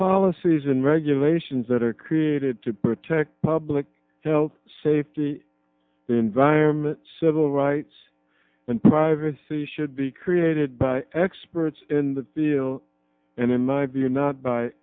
policies and regulations that are created to protect public health safety environment civil rights and privacy should be created by experts in the field and in my view not by